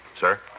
Sir